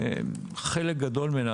חלק גדול ממנה,